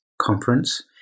conference